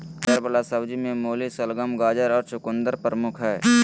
जड़ वला सब्जि में मूली, शलगम, गाजर और चकुंदर प्रमुख हइ